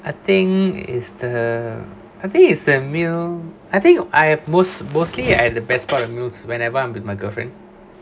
I think is the I think is the meal I think I have most mostly I have the best part of meals whenever I'm with my girlfriend